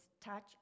touch